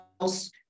else